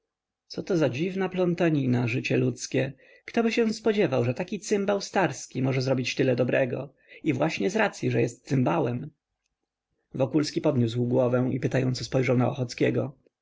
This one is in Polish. siebie coto za dziwna plątanina życie ludzkie ktoby się spodziewał że taki cymbał starski może zrobić tyle dobrego i właśnie z racyi że jest cymbałem wokulski podniósł głowę i pytająco spojrzał na